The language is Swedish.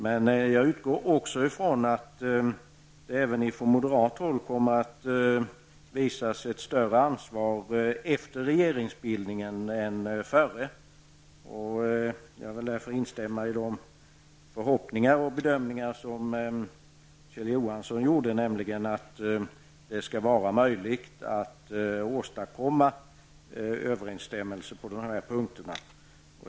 Men jag utgår också ifrån att det även från moderat håll kommer att visas ett större ansvar efter regeringsbildningen än före. Jag vill därför instämma i de förhoppningar och bedömningar som Kjell Johansson gjorde, nämligen att det skall vara möjligt att åstadkomma överensstämmelse på de här punkterna.